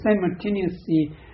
simultaneously